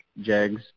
JEGS